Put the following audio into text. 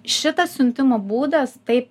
šitas siuntimo būdas taip